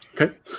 Okay